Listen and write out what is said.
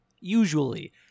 usually